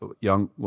young